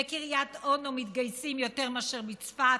בקריית אונו מתגייסים יותר מאשר בצפת.